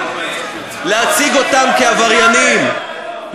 להציג אותם כעבריינים,